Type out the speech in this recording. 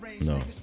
No